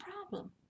problem